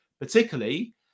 particularly